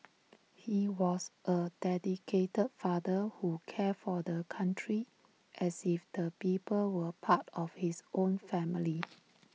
he was A dedicated father who cared for the country as if the people were part of his own family